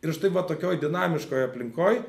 ir štai tokioj dinamiškoj aplinkoj